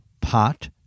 pot